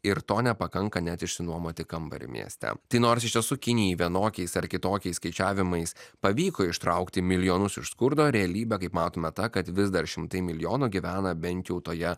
ir to nepakanka net išsinuomoti kambarį mieste tai nors iš tiesų kinijai vienokiais ar kitokiais skaičiavimais pavyko ištraukti milijonus iš skurdo realybė kaip matome ta kad vis dar šimtai milijonų gyvena bent jau toje